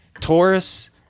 Taurus